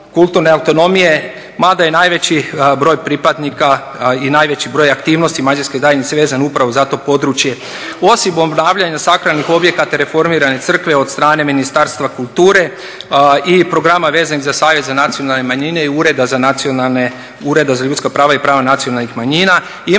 kulturne autonomije, mada je najveći broj pripadnika i najveći broj aktivnosti mađarske zajednice vezan upravo za to područje. Osim obnavljanja sakralnih objekata i reformirane crkve od strane Ministarstva kulture i programa vezanih za Savjet za nacionalne manjine i Ureda za ljudska prava i prava nacionalnih manjina imam